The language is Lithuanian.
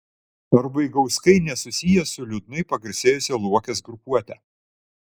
ar vaigauskai nesusiję su liūdnai pagarsėjusia luokės grupuote